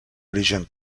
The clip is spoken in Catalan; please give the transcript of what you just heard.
origen